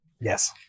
Yes